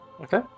Okay